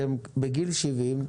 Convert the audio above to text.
שהם בגיל 70,